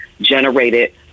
generated